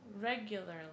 regularly